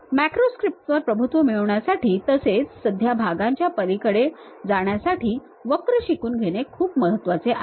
macro scripts वर प्रभुत्व मिळवण्यासाठी तसेच साध्या भागांच्या पलीकडे जाण्यासाठी वक्र शिकून घेणे खूप महत्वाचे आहे